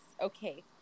okay